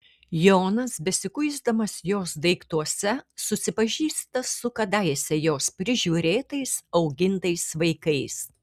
jonas besikuisdamas jos daiktuose susipažįsta su kadaise jos prižiūrėtais augintais vaikais